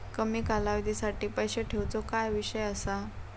कमी कालावधीसाठी पैसे ठेऊचो काय विषय असा?